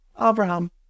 Abraham